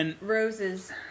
Roses